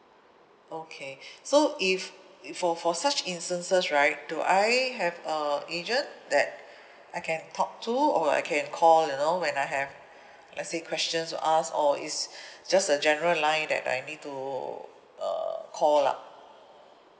okay so if for for such instances right do I have a agent that I can talk to or I can call you know when I have let's say questions to ask or it's just a general line that I need to uh call up